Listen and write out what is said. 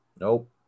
Nope